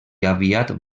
aviat